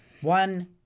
One